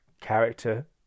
character